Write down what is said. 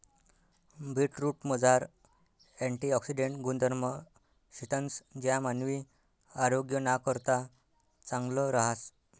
बीटरूटमझार अँटिऑक्सिडेंट गुणधर्म शेतंस ज्या मानवी आरोग्यनाकरता चांगलं रहास